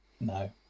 No